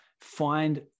find